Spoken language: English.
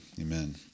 amen